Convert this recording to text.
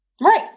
Right